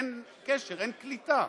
אין קשר, אין קליטה,